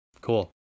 Cool